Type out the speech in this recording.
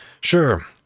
Sure